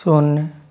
शून्य